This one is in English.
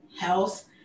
health